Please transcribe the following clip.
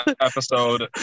episode